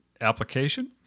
application